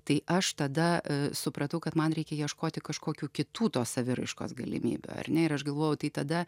tai aš tada supratau kad man reikia ieškoti kažkokių kitų tos saviraiškos galimybių ar ne ir aš galvojau tai tada